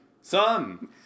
Son